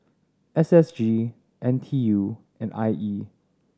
S S G N T U and I E